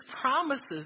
promises